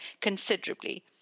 considerably